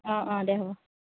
অঁ অঁ দে হ'ব